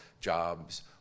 jobs